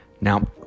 Now